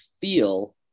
feel